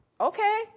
Okay